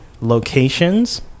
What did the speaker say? locations